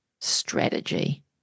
strategy